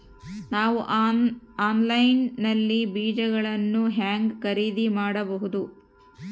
ನಾವು ಆನ್ಲೈನ್ ನಲ್ಲಿ ಬೇಜಗಳನ್ನು ಹೆಂಗ ಖರೇದಿ ಮಾಡಬಹುದು?